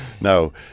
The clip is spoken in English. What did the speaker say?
no